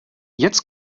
jetzt